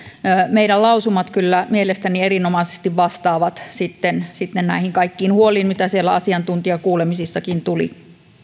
meidän lausumamme kyllä mielestäni erinomaisesti vastaavat sitten sitten näihin kaikkiin huoliin mitä siellä asiantuntijakuulemisissakin tuli